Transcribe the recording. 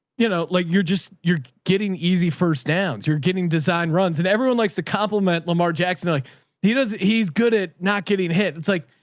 you know, like you're just, you're getting easy first downs. you're getting designed runs and everyone likes to compliment lamar jackson. like he does. he's good at not getting hit. it's like,